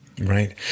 Right